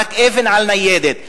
זרק אבן על ניידת.